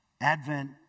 Advent